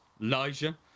Elijah